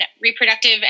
reproductive